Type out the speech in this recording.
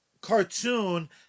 cartoon